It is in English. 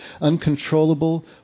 uncontrollable